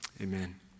Amen